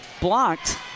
blocked